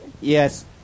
Yes